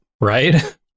Right